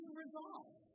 resolve